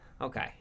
Okay